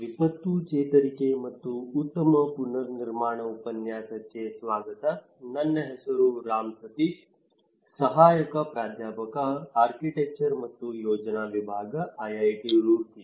ವಿಪತ್ತು ಚೇತರಿಕೆ ಮತ್ತು ಉತ್ತಮ ಪುನರ್ನಿರ್ಮಾಣ ಉಪನ್ಯಾಸಕ್ಕೆ ಸ್ವಾಗತ ನನ್ನ ಹೆಸರು ರಾಮ್ ಸತೀಶ್ ಸಹಾಯಕ ಪ್ರಾಧ್ಯಾಪಕ ಆರ್ಕಿಟೆಕ್ಚರ್ ಮತ್ತು ಯೋಜನಾ ವಿಭಾಗ IIT ರೂರ್ಕಿ